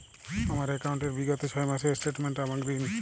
আমার অ্যাকাউন্ট র বিগত ছয় মাসের স্টেটমেন্ট টা আমাকে দিন?